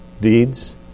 deeds